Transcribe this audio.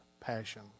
passion